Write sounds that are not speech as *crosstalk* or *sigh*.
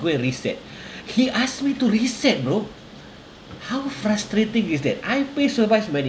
go and reset *breath* he asked me to reset bro how frustrating is that I pay so much money